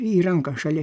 į ranką šalia